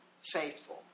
faithful